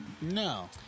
No